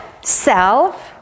self